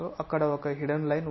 అక్కడ ఒక hidden line ఉంది